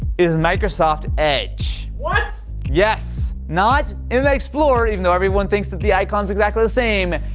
is microsoft edge. what! yes, not in the explorer even though everyone thinks that the icons exactly the same,